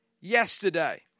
yesterday